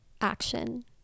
action